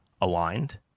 aligned